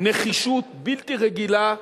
נחישות בלתי רגילה,